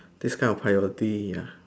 this kind of priority ya